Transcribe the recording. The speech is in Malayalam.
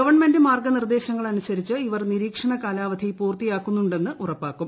ഗവൺ ്മെന്റ് മാർഗ്ഗനിർദ്ദേശങ്ങളനുസരിച്ച് ഇവർ നിരീക്ഷണ കാലാവധി പൂർത്തിയാക്കുന്നുണ്ടെന്ന് ഉറപ്പാക്കും